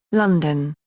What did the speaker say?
london.